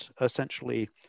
essentially